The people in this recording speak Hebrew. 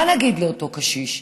מה נגיד לאותו קשיש: